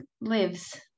lives